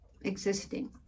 existing